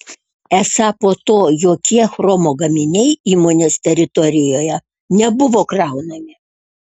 esą po to jokie chromo gaminiai įmonės teritorijoje nebuvo kraunami